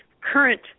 current